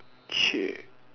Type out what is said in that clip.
shit